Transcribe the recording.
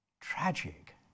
Tragic